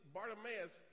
Bartimaeus